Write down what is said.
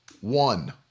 One